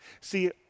See